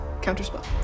Counterspell